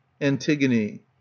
Antigone